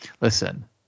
listen